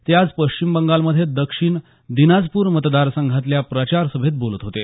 ते आज पश्चीम बंगाल मध्ये दक्षिण दिनाजपूर मतदार संघातल्या प्रचार सभेत बोलत होते